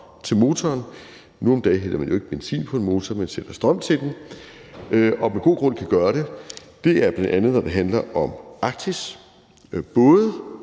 til motoren – nu om dage hælder man jo ikke benzin på en motor; man sætter strøm til den – og med god grund kan gøre det, er bl.a., når det handler om Arktis. Nu